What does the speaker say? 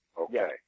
Okay